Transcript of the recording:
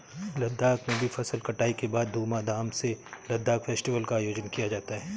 लद्दाख में भी फसल कटाई के बाद धूमधाम से लद्दाख फेस्टिवल का आयोजन किया जाता है